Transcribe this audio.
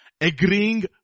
Agreeing